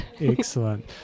Excellent